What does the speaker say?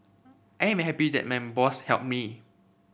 I am happy then my boss helped me